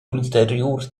ulteriur